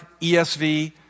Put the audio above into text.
ESV